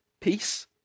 peace